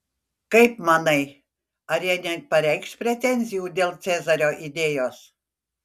kaip manai ar jie nepareikš pretenzijų dėl cezario idėjos